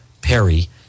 Perry